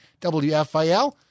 WFIL